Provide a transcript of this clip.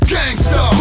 Gangsta